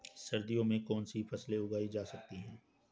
सर्दियों में कौनसी फसलें उगाई जा सकती हैं?